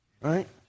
right